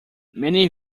many